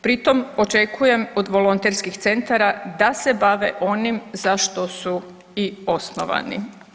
Pri tom očekujem od volonterskih centara da se bave onim za što su i osnovani.